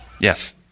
Yes